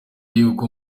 y’uko